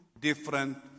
different